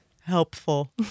helpful